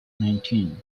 nineteen